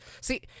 See